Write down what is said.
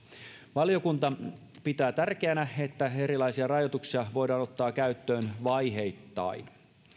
valiokunta pitää tärkeänä että erilaisia rajoituksia voidaan ottaa käyttöön vaiheittain